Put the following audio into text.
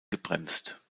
gebremst